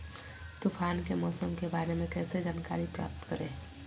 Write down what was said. तूफान के मौसम के बारे में कैसे जानकारी प्राप्त करें?